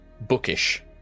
bookish